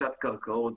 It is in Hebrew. רכישת קרקעות,